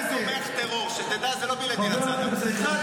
בבקשה.